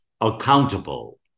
accountable